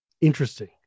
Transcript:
interesting